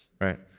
right